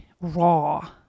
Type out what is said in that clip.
raw